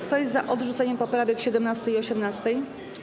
Kto jest za odrzuceniem poprawek 17. i 18.